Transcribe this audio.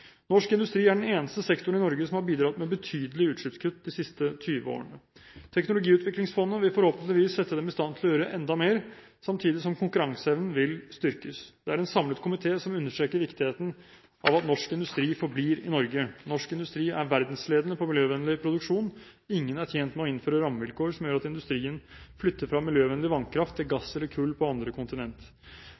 Norsk industri er den eneste sektoren i Norge som har bidratt med betydelige utslippskutt de siste 20 årene. Teknologiutviklingsfondet vil forhåpentligvis sette dem i stand til å gjøre enda mer, samtidig som konkurranseevnen vil styrkes. Det er en samlet komité som understreker viktigheten av at norsk industri forblir i Norge. Norsk industri er verdensledende på miljøvennlig produksjon. Ingen er tjent med å innføre rammevilkår som gjør at industrien flytter fra miljøvennlig vannkraft til gass eller kull på andre